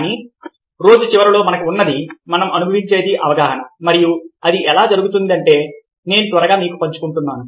కానీ రోజు చివరిలో మనకు ఉన్నది మనం అనుభవించేది అవగాహన మరియు అది ఎలా జరుగుతుందో నేను మీతో త్వరగా పంచుకున్నాను